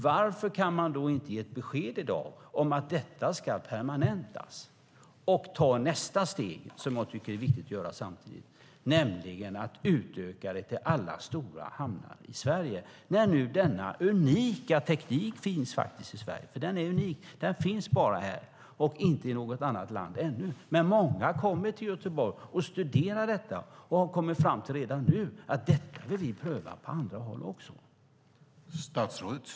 Varför kan man då inte ge ett besked i dag om att detta ska permanentas och ta nästa steg, som jag tycker är viktigt, nämligen att utöka det till alla stora hamnar i Sverige, när nu denna unika teknik finns i Sverige? Den är unik och finns bara här och inte i något annat land ännu, men många kommer till Göteborg och studerar den och har redan nu kommit fram till att de vill pröva den också på andra håll.